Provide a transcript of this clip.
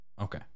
okay